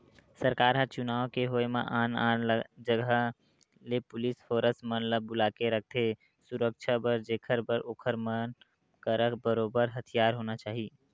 सरकार ह चुनाव के होय म आन आन जगा ले पुलिस फोरस मन ल बुलाके रखथे सुरक्छा बर जेखर बर ओखर मन करा बरोबर हथियार होना चाही